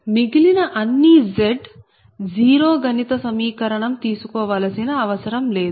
మిగిలిన అన్ని Z's 0 గణిత సమీకరణం తీసుకోవలసిన అవసరం లేదు